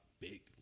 big